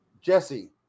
Jesse